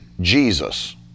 Jesus